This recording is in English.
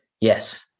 Yes